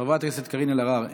חברת הכנסת קארין אלהרר,